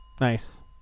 Nice